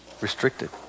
restricted